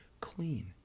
Clean